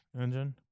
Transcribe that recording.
engine